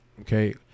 okay